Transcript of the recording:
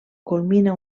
culmina